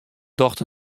docht